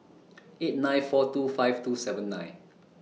eight nine four two five two seven nine